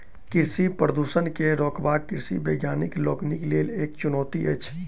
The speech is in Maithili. कृषि प्रदूषण के रोकब कृषि वैज्ञानिक लोकनिक लेल एक चुनौती अछि